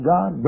God